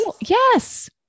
Yes